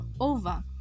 over